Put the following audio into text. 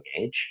age